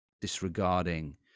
disregarding